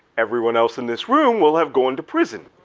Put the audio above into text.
everyone else in this room will have gone to prison,